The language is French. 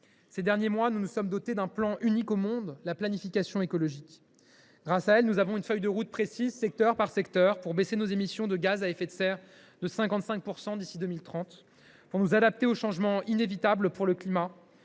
Ces derniers mois, nous nous sommes dotés d’un outil unique au monde : la planification écologique. Grâce à elle, nous avons une feuille de route précise, secteur par secteur, pour réduire nos émissions de gaz à effet de serre de 55 % d’ici à 2030 ; pour nous adapter aux changements inévitables du climat